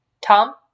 Tom